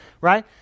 Right